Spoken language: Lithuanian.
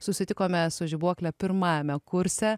susitikome su žibuokle pirmajame kurse